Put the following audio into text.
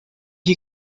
you